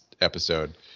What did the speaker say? episode